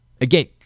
again